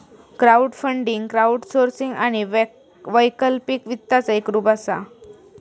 crowdfunding crowdsourcing आणि वैकल्पिक वित्ताचा एक रूप असा